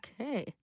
Okay